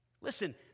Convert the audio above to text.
Listen